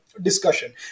discussion